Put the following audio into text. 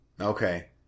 Okay